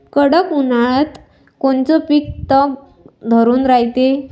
कडक उन्हाळ्यात कोनचं पिकं तग धरून रायते?